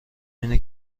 اینه